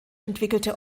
entwickelte